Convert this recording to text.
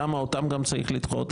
למה אותם גם צריך לדחות?